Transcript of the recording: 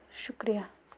شُکریہ